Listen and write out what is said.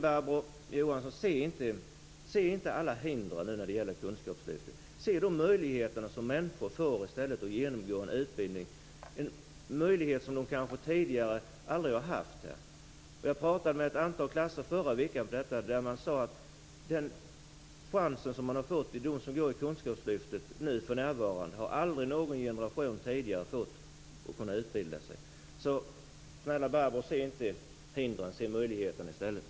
Barbro Johansson skall inte bara se alla hinder när det gäller kunskapslyftet, utan hon borde också se den möjlighet som människor får att genomgå en utbildning, en möjlighet som de kanske aldrig tidigare har haft. Jag pratade med ett antal klasser om detta i förra veckan. De sade att den chans att utbilda sig som de för närvarande fått i kunskapslyftet har aldrig någon generation tidigare fått. Se därför inte hindren utan i stället möjligheterna, Barbro Johansson!